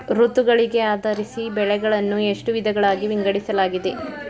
ಋತುಗಳಿಗೆ ಆಧರಿಸಿ ಬೆಳೆಗಳನ್ನು ಎಷ್ಟು ವಿಧಗಳಾಗಿ ವಿಂಗಡಿಸಲಾಗಿದೆ?